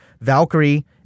Valkyrie